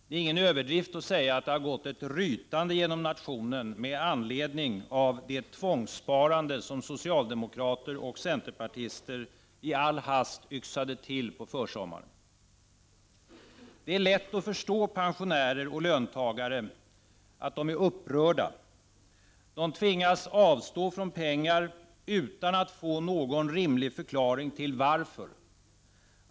Det är ingen överdrift att säga att det har gått ett rytande genom nationen med anledning av det tvångssparande som socialdemokrater och centerpartister i all hast yxade till på försommaren. Det är lätt att förstå att pensionärer och löntagare är upprörda. De tvingas avstå från pengar utan att få någon rimlig förklaring varför.